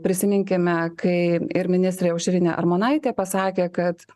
prisiminkime kai ir ministrė aušrinė armonaitė pasakė kad